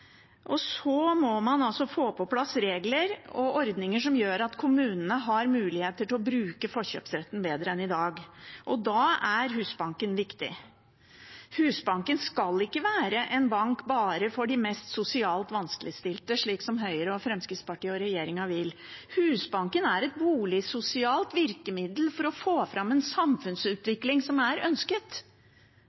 Og så må man få på plass regler og ordninger som gjør at kommunene har muligheter til å bruke forkjøpsretten bedre enn i dag. Da er Husbanken viktig. Husbanken skal ikke være en bank bare for de mest sosialt vanskeligstilte, slik Høyre, Fremskrittspartiet og regjeringen vil. Husbanken er et boligsosialt virkemiddel for å få fram en samfunnsutvikling som er ønsket,